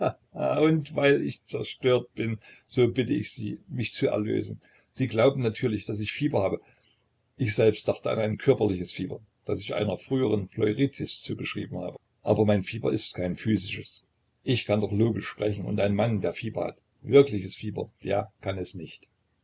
und weil ich zerstört bin so bitte ich sie mich zu erlösen sie glauben natürlich daß ich fieber habe ich selbst dachte an ein körperliches fieber das ich einer früheren pleuritis zugeschrieben habe aber mein fieber ist kein physisches ich kann doch logisch sprechen und ein mann der fieber hat wirkliches fieber der kann es nicht